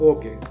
Okay